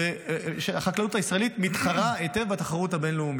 הישראלית מתחרה היטב בתחרות הבין-לאומית.